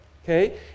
okay